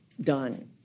done